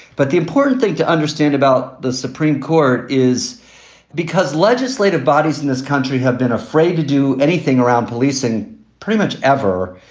but the important thing to understand about the supreme court is because legislative bodies in this country have been afraid to do anything around policing pretty much ever.